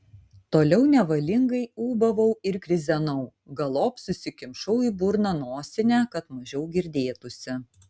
toliau nevalingai ūbavau ir krizenau galop susikimšau į burną nosinę kad mažiau girdėtųsi